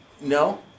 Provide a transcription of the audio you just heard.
no